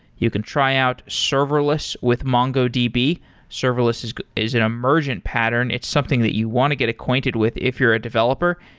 you can try out serverless with mongodb. serverless is is an emergent pattern. it's something that you want to get acquainted with if you're a developer,